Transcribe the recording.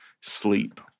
sleep